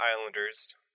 Islanders